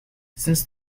since